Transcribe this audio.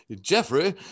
Jeffrey